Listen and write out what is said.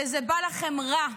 וזה בא לכם רע.